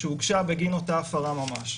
שהוגשה בגין אותה הפרה ממש.